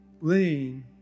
lean